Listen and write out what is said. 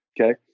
okay